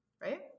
Right